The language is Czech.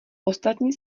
ostatní